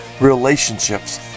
Relationships